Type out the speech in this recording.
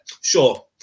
sure